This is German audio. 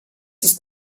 ist